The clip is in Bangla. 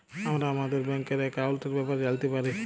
আমরা আমাদের ব্যাংকের একাউলটের ব্যাপারে জালতে পারি